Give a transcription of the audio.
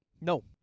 No